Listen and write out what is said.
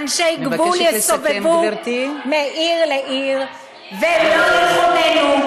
ואנשי הגבול יסובבו מעיר לעיר ולא יחוננו,